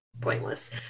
pointless